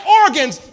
organs